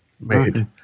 made